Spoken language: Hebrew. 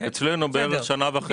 אצלנו בערך שנה וחצי.